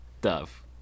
Dove